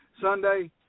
Sunday